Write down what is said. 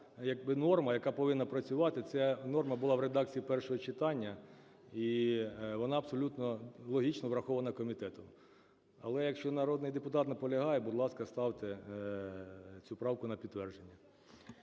норма, яка повинна працювати, ця норма була в редакції першого читання, і вона абсолютно логічно врахована комітетом. Але якщо народний депутат наполягає, будь ласка, ставте цю правку на підтвердження.